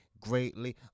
greatly